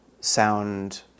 sound